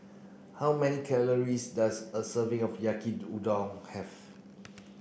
how many calories does a serving of Yaki udon have